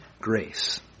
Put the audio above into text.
grace